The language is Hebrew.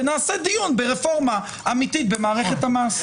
ונעשה דיון ברפורמה אמיתית במערכת המס.